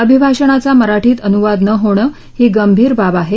अभिभाषणाचा मराठीत अनुवाद न होणं ही गंभीर बाब आहे